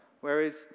Whereas